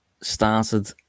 started